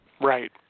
Right